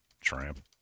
Tramp